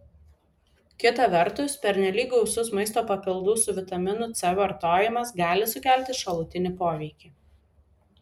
kita vertus pernelyg gausus maisto papildų su vitaminu c vartojimas gali sukelti šalutinį poveikį